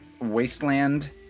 wasteland